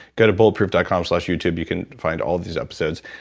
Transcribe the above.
go to bulletproof dot com slash youtube you can find all of these episodes,